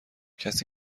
کسی